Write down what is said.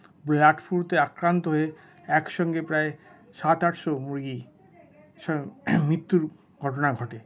বার্ডফ্লুতে আক্রান্ত হয়ে একসঙ্গে প্রায় সাত আটশো মুরগি মৃত্যুর ঘটনা ঘটে